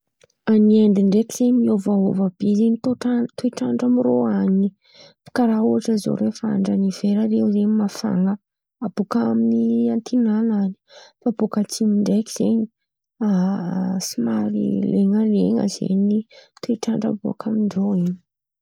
Any Aindy ndraiky zen̈y miôvaôva be zen̈y tôtrandra toetrandraamy rô an̈y. Karà ohatra zao rehefa andran’ny hivera zen̈y zen̈y mafana abôka amin’ny antin̈ana an̈y. Fa bôka atsimo ndraiky zen̈y a somary lenalena zen̈y toetrandra bôka amin-drô in̈y.